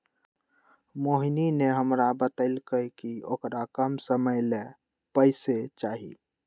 मोहिनी ने हमरा बतल कई कि औकरा कम समय ला पैसे चहि